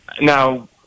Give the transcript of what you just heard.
Now